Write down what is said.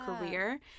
career